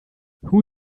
who